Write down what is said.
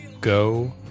go